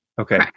Okay